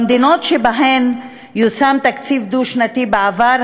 במדינות שבהן יושם תקציב דו-שנתי בעבר,